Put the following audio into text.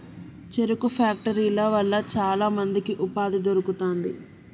చెరుకు ఫ్యాక్టరీల వల్ల చాల మందికి ఉపాధి దొరుకుతాంది